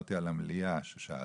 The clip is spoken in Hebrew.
דיברתי על המליאה ששאלת.